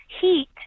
heat